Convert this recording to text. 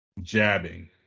jabbing